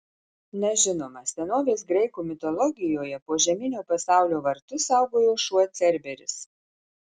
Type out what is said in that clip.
na žinoma senovės graikų mitologijoje požeminio pasaulio vartus saugojo šuo cerberis